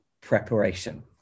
preparation